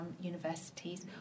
universities